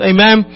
Amen